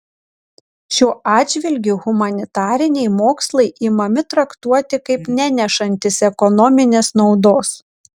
šiuo atžvilgiu humanitariniai mokslai imami traktuoti kaip nenešantys ekonominės naudos